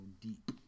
deep